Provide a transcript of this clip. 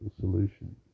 solution